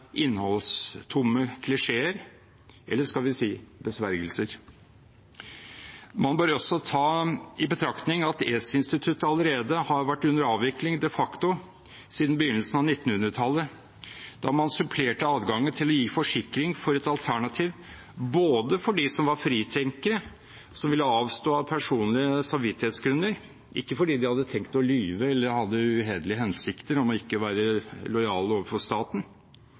innholdstomme klisjeer eller – skal vi si – besvergelser. Man bør også ta i betraktning at edsinstituttet de facto allerede har vært under avvikling siden begynnelsen av 1900-tallet, da man supplerte adgangen til å gi forsikring som et alternativ både for dem som var fritenkere, som ville avstå av personlige samvittighetsgrunner, ikke fordi de hadde tenkt å lyve eller hadde uhederlige hensikter om ikke å være lojale overfor staten.